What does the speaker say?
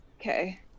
Okay